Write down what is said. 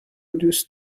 دوست